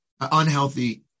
unhealthy